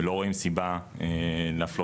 ולא רואים סיבה להפלות.